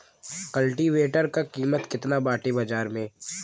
कल्टी वेटर क कीमत केतना बाटे बाजार में?